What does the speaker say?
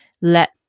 let